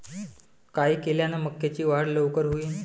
काय केल्यान मक्याची वाढ लवकर होईन?